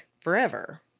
forever